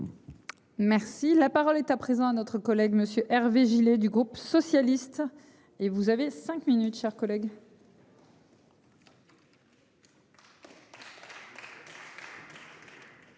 Merci la parole est à présent à notre collègue Monsieur Hervé Gillé du groupe socialiste et vous avez 5 minutes, chers collègues.